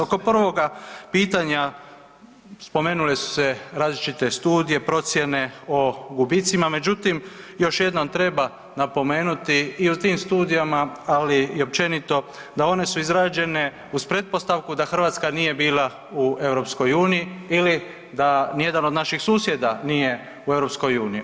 Oko prvoga pitanja spomenule su se različite studije, procjene o gubicima, međutim, još jednom treba napomenuti i o tim studijama, ali i općenito, da one su izrađene uz pretpostavku da hrvatska nije bila u EU ili da nijedan od naših susjeda nije u EU.